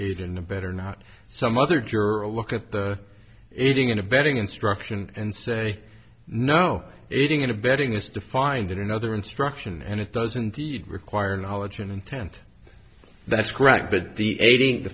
aid and abet are not some other jura look at the aiding and abetting instruction and say no aiding and abetting is defined in another instruction and it does indeed require knowledge and intent that's correct but the